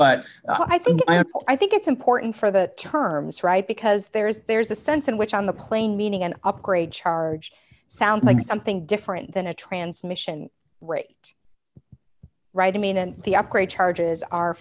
out but i think i think it's important for the terms right because there is there's a sense in which on the plain meaning an upgrade charge sounds like something different than a transmission rate right i mean and the upgrade charges are